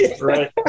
Right